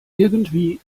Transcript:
irgendwie